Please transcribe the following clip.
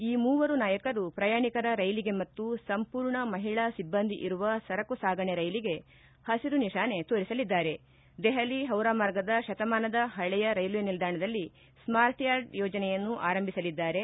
ಈ ಮೂವರು ನಾಯಕರು ಪ್ರಯಾಣಿಕರ ರೈಲಿಗೆ ಮತ್ತು ಸಂಪೂರ್ಣ ಮಹಿಳಾ ಸಿಬ್ಬಂದಿ ಇರುವ ಸರಕು ಸಾಗಾಣೆ ರೈಲಿಗೆ ಹಸಿರು ನಿಶಾನೆ ತೋರಿಸಲಿದ್ದಾರೆ ದೆಹಲಿ ಹೌರಾ ಮಾರ್ಗದ ಶತಮಾನದ ಹಳೆಯ ರೈಲ್ವೆ ನಿಲ್ದಾಣದಲ್ಲಿ ಸ್ಮಾರ್ಟ್ಯಾರ್ಡ್ ಯೋಜನೆಯನ್ನು ಆರಂಭಿಸಲಿದ್ದಾರೆ